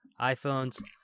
iPhones